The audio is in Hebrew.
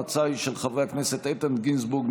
ההצעה היא של חברי הכנסת איתן גינזבורג,